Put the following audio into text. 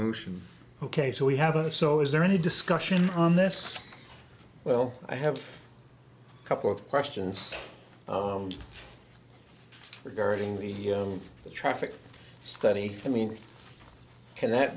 motion ok so we have a so is there any discussion on this well i have a couple of questions regarding the traffic study i mean can that